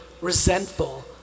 resentful